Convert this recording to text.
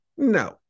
No